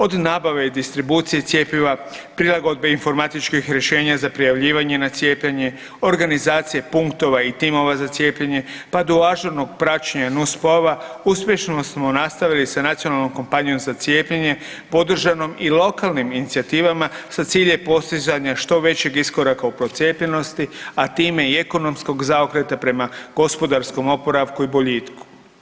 Od nabave i distribucije cjepiva, prilagodbe informatičkih rješenja za prijavljivanje na cijepljenje, organizacije punktova i timova za cijepljenje pa do ažurnog praćenja nuspojava, uspješno smo nastavili sa nacionalnom kampanjom za cijepljenje podržanom i lokalnim inicijativama sa ciljem postizanja što većeg iskoraka u procijepljenosti a time i ekonomskog zaokreta prema gospodarskom oporavku i boljitku.